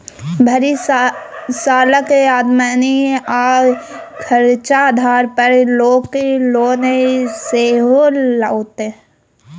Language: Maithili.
भरि सालक आमदनी आ खरचा आधार पर लोक लोन सेहो लैतै